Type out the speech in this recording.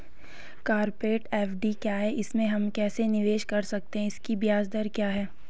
Corporate FD क्या है इसमें हम कैसे निवेश कर सकते हैं इसकी ब्याज दर क्या है?